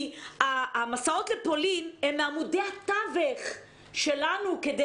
המסעות לפולין הם מעמודי התווך שלנו כדי